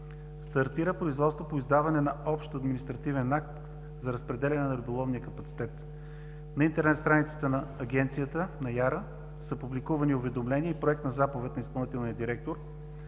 стартира производство по издаване на общ административен акт за разпределяне на риболовния капацитет. На интернет страницата на ИАРА са публикувани уведомления и Проект на заповед на изпълнителния директор